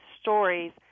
stories